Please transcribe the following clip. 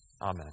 Amen